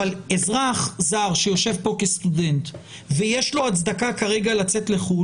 אבל אזרח זר שיושב כאן כסטודנט ויש לו הצדקה כרגע לצאת לחוץ לארץ,